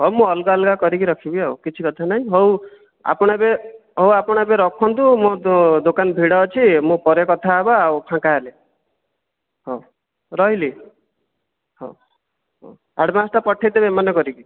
ହଉ ମୁଁ ଅଲଗା ଅଲଗା କରିକି ରଖିବି ଆଉ କିଛି କଥା ନାହିଁ ହଉ ଆପଣ ଏବେ ହଉ ଆପଣ ଏବେ ରଖନ୍ତୁ ମୁଁ ଦୋକାନ ଭିଡ଼ ଅଛି ମୁଁ ପରେ କଥା ହେବା ଫାଙ୍କା ହେଲେ ହଉ ରହିଲି ହଉ ଆଡ଼୍ଭାନ୍ସଟା ପଠାଇଦେବେ ମନେକରିକି